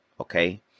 okay